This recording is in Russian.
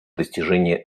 достижения